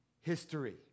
history